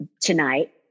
tonight